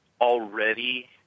already